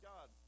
God